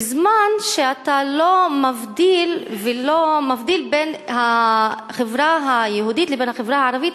בזמן שאתה לא מבדיל בין החברה היהודית לבין החברה הערבית,